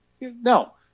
no